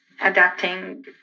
adapting